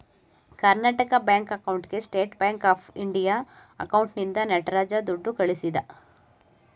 Karnataka bank ಅಕೌಂಟ್ಗೆ state bank of India ಅಕೌಂಟ್ನಿಂದ ನಟರಾಜ ದುಡ್ಡು ಕಳಿಸಿದ